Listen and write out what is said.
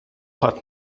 ħadd